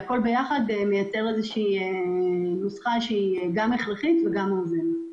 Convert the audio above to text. מייצר איזושהי נוסחה שהיא גם הכרחית וגם מאוזנת.